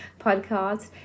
podcast